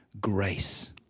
grace